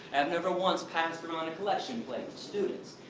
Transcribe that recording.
i've never once passed around a collection plate to students.